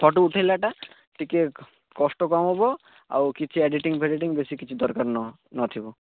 photo ଉଠେଇଲା ଟା ଟିକେ କଷ୍ଟ କମ ହେବ ଆଉ କିଛି ଏଡିଟିଂ ଫେଡିଟିଂ ବେଶୀ କିଛି ଦରକାର ନୁହଁ ନ ଥିବ